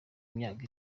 myaka